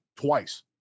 twice